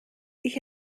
ich